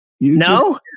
no